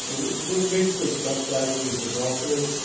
and we were basically subsidizing these developers.